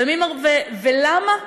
ולמה?